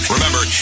Remember